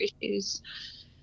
issues